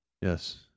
Yes